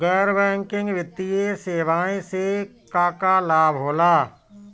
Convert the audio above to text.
गैर बैंकिंग वित्तीय सेवाएं से का का लाभ होला?